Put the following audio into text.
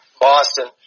Boston